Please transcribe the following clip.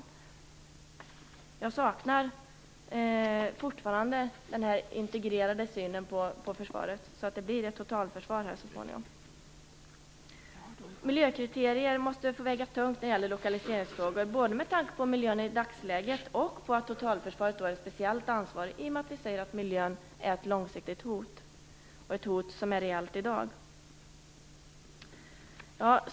Jag saknar fortfarande den integrerade synen på försvaret, som gör att det så småningom blir ett totalförsvar. Miljökriterier måste få väga tungt i lokaliseringsfrågor med tanke på både miljön i dagsläget och att totalförsvaret är speciellt ansvarigt i och med att vi säger att miljön utgör ett långsiktigt hot och ett hot som är reellt i dag.